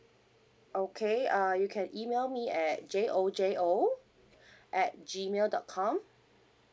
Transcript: okay uh you can email me at J O J O at G mail dot com